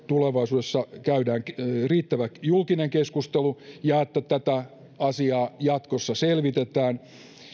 tulevaisuudessa käydään riittävä julkinen keskustelu ja että tätä asiaa jatkossa selvitetään